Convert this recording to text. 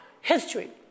history